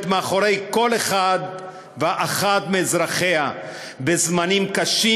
מאחורי כל אחד ואחת מאזרחיה בזמנים קשים,